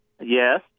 Yes